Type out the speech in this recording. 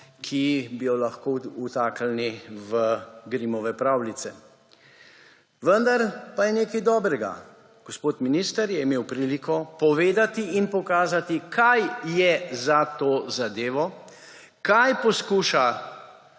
ki bi jo lahko vtaknili v Grimmove pravljice. Vendar pa je nekaj dobrega. Gospod minister je imel priliko povedati in pokazati, kaj je za to zadevo, kaj poskuša